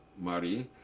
marie,